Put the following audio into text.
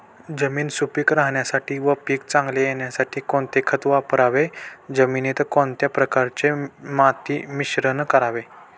जमीन सुपिक राहण्यासाठी व पीक चांगले येण्यासाठी कोणते खत वापरावे? जमिनीत कोणत्या प्रकारचे माती मिश्रण करावे?